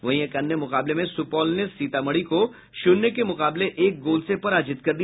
वहीं एक अन्य मुकाबले में सुपौल ने सीतामढ़ी को शून्य के मुकाबले एक गोल से पराजित कर दिया